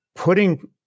putting